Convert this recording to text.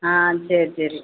ஆ சரி சரி